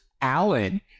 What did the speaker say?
Alan